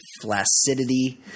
flaccidity